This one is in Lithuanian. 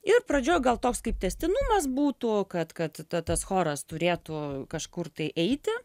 ir pradžioj gal toks kaip tęstinumas būtų kad kad ta tas choras turėtų kažkur tai eiti